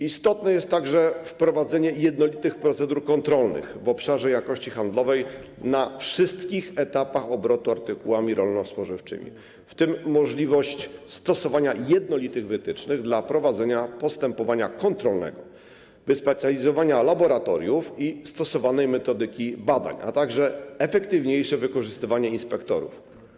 Istotne jest także wprowadzenie jednolitych procedur kontrolnych w obszarze jakości handlowej na wszystkich etapach obrotu artykułami rolno-spożywczymi, w tym możliwość stosowania jednolitych wytycznych dla prowadzenia postępowania kontrolnego, wyspecjalizowania laboratoriów i stosowanej metodyki badań, a także efektywniejsze wykorzystywanie inspektorów.